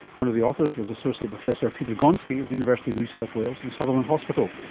one of the authors was associate professor peter gonski of the university of new south wales and sutherland hospital.